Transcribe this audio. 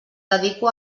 dedico